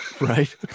Right